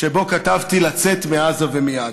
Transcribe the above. שבו כתבתי: לצאת מעזה ומייד.